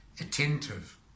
attentive